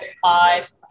five